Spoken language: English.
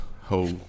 whole